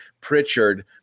Pritchard